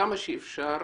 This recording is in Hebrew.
דרך אגב,